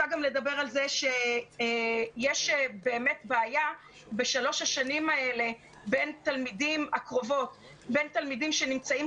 יש באמת בעיה בשלוש השנים האלה הקרובות בין תלמידים שנמצאים